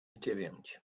dziewięć